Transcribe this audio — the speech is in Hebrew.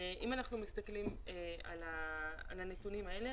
אם אנחנו על הנתונים האלה,